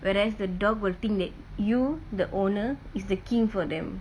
whereas the dog will think that you the owner is the king for them